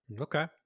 okay